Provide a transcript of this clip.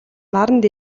наранд